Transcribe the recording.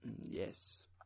Yes